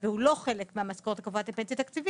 והוא יצר רכיבי שכר שמתמרצים התנהגויות